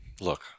look